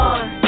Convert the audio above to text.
One